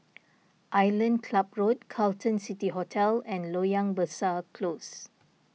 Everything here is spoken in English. Island Club Road Carlton City Hotel and Loyang Besar Close